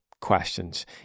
questions